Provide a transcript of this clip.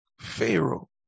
Pharaoh